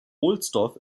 ohlsdorf